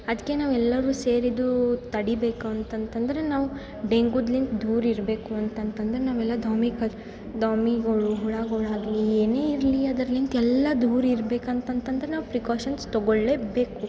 ಅದಕ್ಕೆ ನಾವು ಎಲ್ಲರೂ ಸೇರಿದು ತಡಿಬೇಕು ಅಂತಂತಂದ್ರೆ ನಾವು ಡೆಂಗೂದ್ಲಿಂತ ದೂರ ಇರಬೇಕು ಅಂತಂತಂದ್ರೆ ನಾವೆಲ್ಲ ದ್ವಾಮಿ ಕ ದ್ವಾಮಿಗಳು ಹುಳಗಳಾಗ್ಲಿ ಏನೇ ಇರಲಿ ಅದ್ರಲಿಂತ್ ಎಲ್ಲ ದೂರ ಇರ್ಬೇಕು ಅಂತಂತಂದ್ರೆ ನಾವು ಪ್ರಿಕಾಷನ್ಸ್ ತೊಗೊಳ್ಳೇಬೇಕು